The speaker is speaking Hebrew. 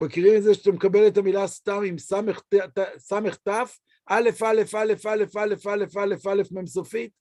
מכירים את זה שאתה מקבל את המילה סתם עם סמ"ך, ת"ו, אל"ף, אל"ף, אל"ף, אל"ף, אל"ף, אל"ף, אל"ף, אל"ף, מ"ם סופית?